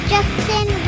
Justin